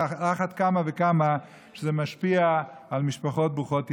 על אחת כמה וכמה שזה משפיע על משפחות ברוכות ילדים.